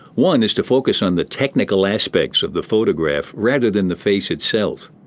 one is to focus on the technical aspects of the photographs rather than the face itself.